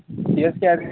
C S K हरली का